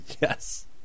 Yes